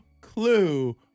clue